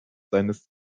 seines